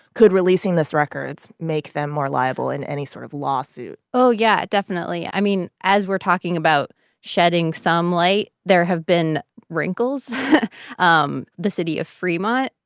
could releasing this records make them more liable in any sort of lawsuit? oh, yeah, definitely. i mean, as we're talking about shedding some light, there have been wrinkles um the city of fremont.